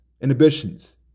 inhibitions